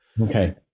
Okay